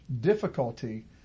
difficulty